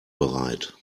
bereit